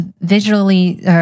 visually